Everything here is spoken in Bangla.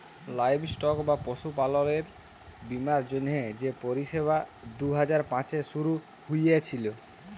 লাইভস্টক বা পশুপাললের বীমার জ্যনহে যে পরিষেবা দু হাজার পাঁচে শুরু হঁইয়েছিল